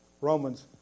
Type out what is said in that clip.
Romans